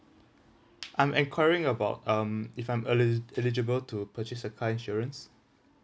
I'm enquiring about um if I'm eli~ eligible to purchase a car insurance